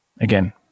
again